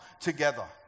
together